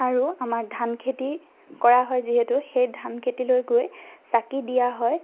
আৰু আমাৰ ধান খেতি কৰা হয় যিহেতু সেই ধান খেতিলৈ গৈ চাকি দিয়া হয়